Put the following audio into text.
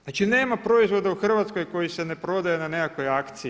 Znači, nema proizvoda u Hrvatskoj koji se ne prodaje na nekakvoj akciji.